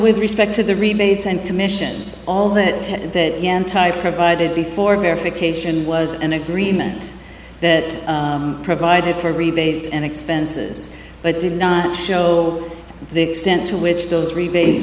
with respect to the rebates and commissions all that again type provided before verification was an agreement that provided for rebates and expenses but did not show the extent to which those rebate